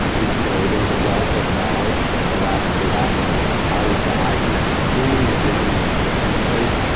you know there was a wealth of knowledge, from our lab and other labs on how the eye connects to the brain and vision and takes place,